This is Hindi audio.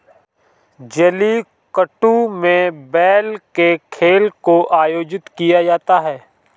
जलीकट्टू में बैल के खेल को आयोजित किया जाता है